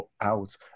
out